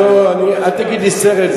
לא, אל תגיד לי "סרט".